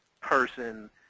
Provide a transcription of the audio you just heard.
person